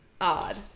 odd